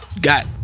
got